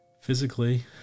physically